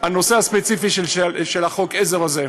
הנושא הספציפי של חוק העזר הזה,